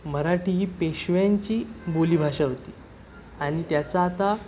मराठी ही पेशव्यांची बोलीभाषा होती आणि त्याचा आता